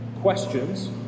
questions